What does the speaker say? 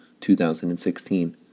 2016